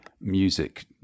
music